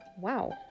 wow